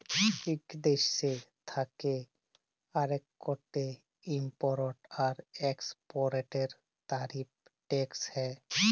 ইক দ্যেশ থ্যাকে আরেকটতে ইমপরট আর একেসপরটের তারিফ টেকস হ্যয়